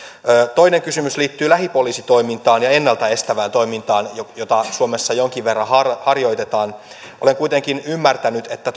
toinen kysymys liittyy lähipoliisitoimintaan ja ennalta estävään toimintaan jota suomessa jonkin verran harjoitetaan olen kuitenkin ymmärtänyt että